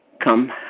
come